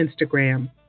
Instagram